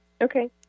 Okay